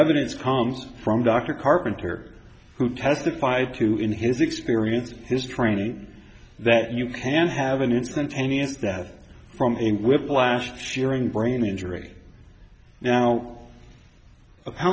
evidence comes from dr carpenter who testified to in his experience his training that you can have an instantaneous that from whiplash sharing brain injury now how